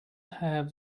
have